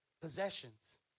possessions